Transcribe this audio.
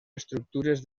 estructures